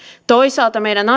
toisaalta meidän